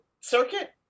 circuit